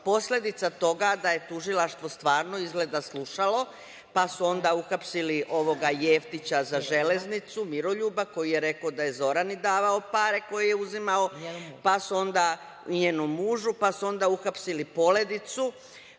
Posledica toga da je tužilaštvo stvarno izgleda slušalo, pa su onda uhapsili ovoga Jeftića za „Železnicu“, Miroljuba, koji je rekao da je Zorani davao pare koje je uzimao, i njenom mužu, pa su onda uhapsili Poledicu.